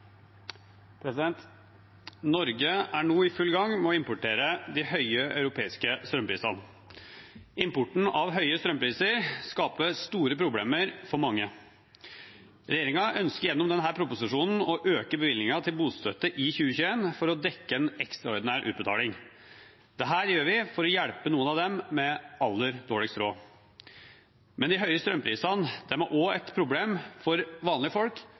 nå i full gang med å importere de høye europeiske strømprisene. Importen av høye strømpriser skaper store problemer for mange. Regjeringen ønsker gjennom denne proposisjonen å øke bevilgningen til bostøtte i 2021 for å dekke en ekstraordinær utbetaling. Dette gjør vi for å hjelpe noen av dem med aller dårligst råd. Men de høye strømprisene er også et problem for vanlige folk med vanlige inntekter. Derfor varslet regjeringen nå på lørdag en ny ordning for å hjelpe folk